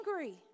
angry